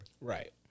Right